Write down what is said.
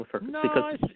No